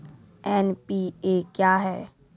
NPA क्या हैं?